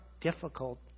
difficult